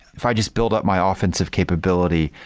if i just build up my offensive capability,